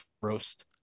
Roast